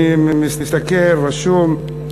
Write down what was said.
אני מסתכל, רשום: